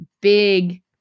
big